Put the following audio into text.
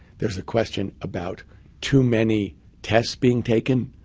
there's the question about too many tests being taken.